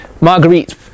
Marguerite